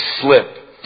slip